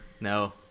no